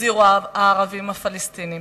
הזהירו הערבים הפלסטינים.